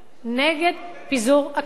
נגד פיזור הכנסת.